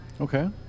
Okay